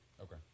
Okay